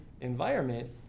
environment